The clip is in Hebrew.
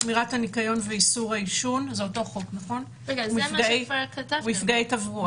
שמירת הניקיון ואיסור העישון, מפגעי תברואה.